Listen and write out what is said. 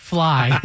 Fly